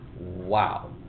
Wow